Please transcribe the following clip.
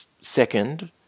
second